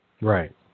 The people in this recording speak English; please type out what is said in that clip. Right